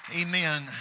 Amen